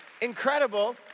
incredible